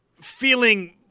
feeling